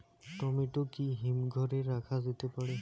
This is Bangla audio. টমেটো কি হিমঘর এ রাখা যেতে পারে?